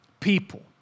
people